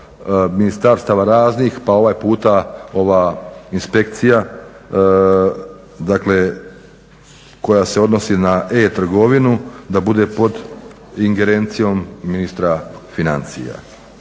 ministarstava raznih, pa ovaj puta ova inspekcija dakle koja se odnosi na e-trgovinu da bude pod ingerencijom ministra financija.